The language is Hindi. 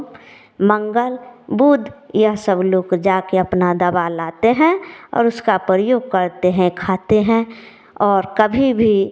मंगल बुध या सब लोग जाकर अपना दवा लाते हैं और उसका प्रयोग करते हैं खाते हैं और कभी भी